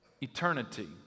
eternity